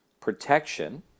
protection